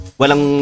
walang